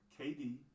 KD